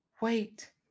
Wait